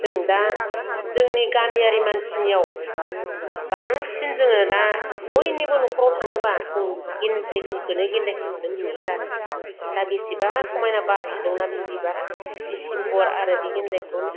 जों दा जोंनि गामियारि मानसिनियाव बांसिन जोङो दा बयनिबो न'खराव थाङोब्ला जों गेन्दायफुलखोनो नुयो आरो दा बिसेबा समायना बारफुदोंना बे बिबारा डिसेम्बर आरो बे गेन्दाय फुल